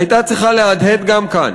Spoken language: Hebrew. הייתה צריכה להדהד גם כאן